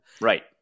Right